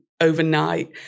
overnight